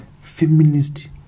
feminist